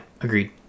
agreed